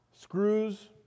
Screws